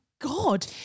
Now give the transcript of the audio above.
God